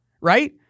right